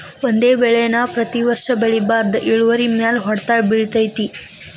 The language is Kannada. ಒಂದೇ ಬೆಳೆ ನಾ ಪ್ರತಿ ವರ್ಷ ಬೆಳಿಬಾರ್ದ ಇಳುವರಿಮ್ಯಾಲ ಹೊಡ್ತ ಬಿಳತೈತಿ